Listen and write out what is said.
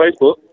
Facebook